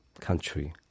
country